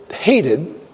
hated